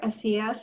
SES